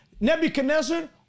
Nebuchadnezzar